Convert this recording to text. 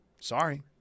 sorry